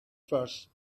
first